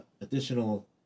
additional